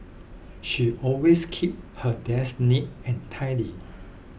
she always keeps her desk neat and tidy